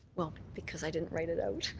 well, because i didn't write it out.